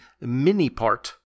mini-part